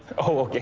oh, okay,